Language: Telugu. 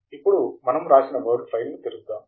ఇప్పుడు మనం వ్రాసిన వర్డ్ ఫైల్ ను తెరుద్దాం